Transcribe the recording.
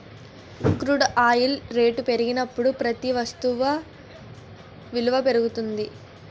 crude oil రేట్లు పెరిగినప్పుడు ప్రతి వస్తు విలువ పెరుగుతుంది